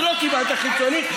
אז לא קיבלת חיצונית,